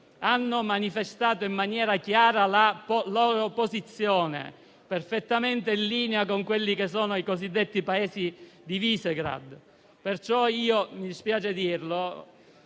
hanno già manifestato in maniera chiara la loro posizione, perfettamente in linea con i cosiddetti Paesi di Visegrád. Perciò, mi dispiace dirlo,